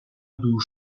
دور